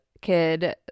kid